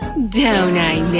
don't i